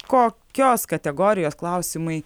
kokios kategorijos klausimai